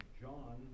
John